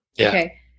Okay